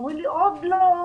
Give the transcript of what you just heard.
אומרים לי, עוד לא.